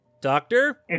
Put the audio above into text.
doctor